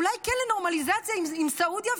ואולי כן לנורמליזציה עם סעודיה,